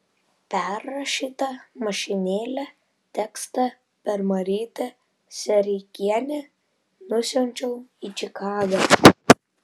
perrašytą mašinėle tekstą per marytę sereikienę nusiunčiau į čikagą